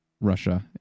Russia